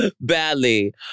badly